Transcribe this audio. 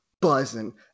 buzzing